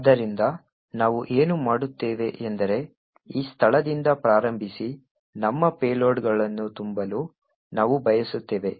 ಆದ್ದರಿಂದ ನಾವು ಏನು ಮಾಡುತ್ತೇವೆ ಎಂದರೆ ಈ ಸ್ಥಳದಿಂದ ಪ್ರಾರಂಭಿಸಿ ನಮ್ಮ ಪೇಲೋಡ್ಗಳನ್ನು ತುಂಬಲು ನಾವು ಬಯಸುತ್ತೇವೆ